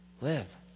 live